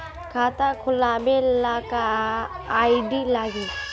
खाता खोलाबे ला का का आइडी लागी?